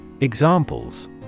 Examples